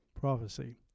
Prophecy